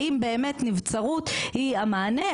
האם באמת נבצרות היא המענה?